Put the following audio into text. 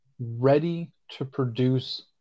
ready-to-produce